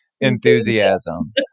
enthusiasm